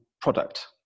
product